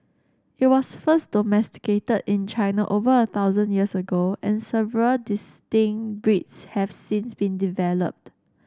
it was first domesticated in China over a thousand years ago and several distinct breeds have since been developed